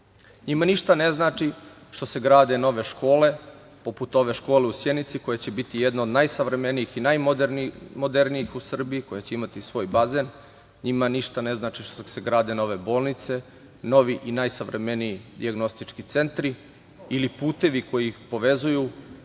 nje. Njima ništa ne znači što se grade nove škole, poput ove škole u Sjenici, koja će biti jedna od najsavremenijih i najmodernijih u Srbiji, koja će imati svoj bazen. Njima ništa ne znači što se grade nove bolnice, novi i najsavremeniji dijagnostički centri ili putevi koji povezuju,